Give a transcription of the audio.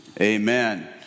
Amen